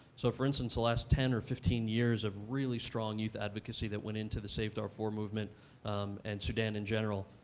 so, for instance, the last ten or fifteen years of really strong youth advocacy that went into the save darfur movement and sudan in general,